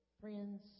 friends